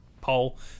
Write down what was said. poll